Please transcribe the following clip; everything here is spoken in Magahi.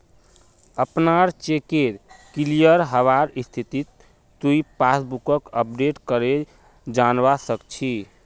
अपनार चेकेर क्लियर हबार स्थितिक तुइ पासबुकक अपडेट करे जानवा सक छी